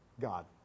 God